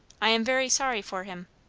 i am very sorry for him.